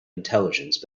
intelligence